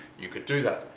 you could do that.